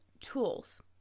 tools